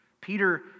Peter